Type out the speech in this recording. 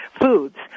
foods